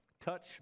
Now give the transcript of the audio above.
Touch